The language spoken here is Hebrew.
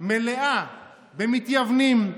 מלאה במתייוונים,